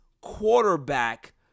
quarterback